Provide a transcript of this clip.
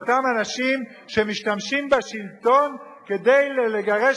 באותם אנשים שמשתמשים בשלטון כדי לגרש